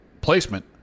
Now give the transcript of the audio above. placement